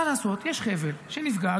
מה לעשות, יש חבל שנפגע.